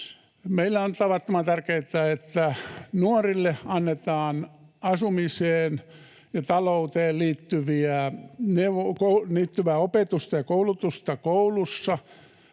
Meillä on tavattoman tärkeätä, että nuorille annetaan asumiseen ja talouteen liittyvää opetusta ja koulutusta koulussa,